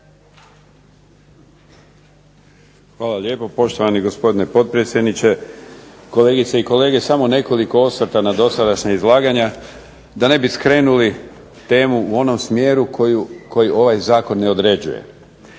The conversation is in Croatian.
Hvala lijepo poštovani gospodine potpredsjedniče, kolegice i kolege. Samo nekoliko osvrta na dosadašnja izlaganja, da ne bi skrenuli temu u onom smjeru koju ovaj zakon ne određuje.